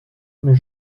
mais